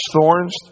thorns